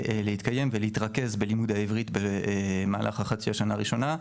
להתקיים ולהתרכז בלימוד העברית במהלך חצי השנה הראשונה.